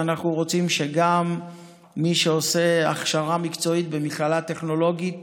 ואנחנו רוצים שגם מי שעושה הכשרה מקצועית במכללה טכנולוגית